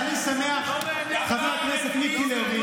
אז אני שמח, חבר הכנסת מיקי לוי.